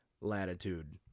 latitude